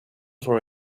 for